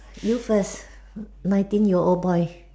you first nineteen year old boy